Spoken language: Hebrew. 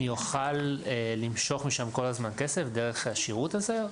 אני אוכל למשוך משם כל הזמן כסף דרך השירות הזה?